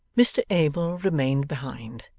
mr abel remained behind,